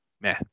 meh